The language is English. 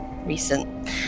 Recent